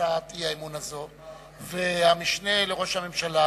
האי-אמון הזאת, והמשנה לראש הממשלה